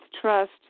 trust